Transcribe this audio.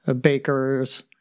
bakers